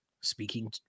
speaking